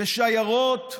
בשיירות,